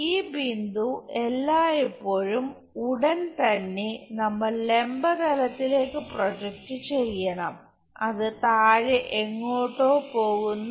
ഈ ബിന്ദു എല്ലായ്പ്പോഴും ഉടൻ തന്നെ നമ്മൾ ലംബ തലത്തിലേക്ക് പ്രൊജക്റ്റ് ചെയ്യണം അത് താഴെ എങ്ങോട്ടോ പോകുന്നു